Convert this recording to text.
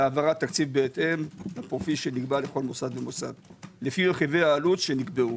והעברת תקציב בהתאם לפרופיל שנקבע לכל מוסד לפי מרכיבי העלות שנקבעו.